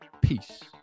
Peace